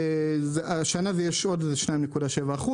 השנה יש עוד כ-2.7%,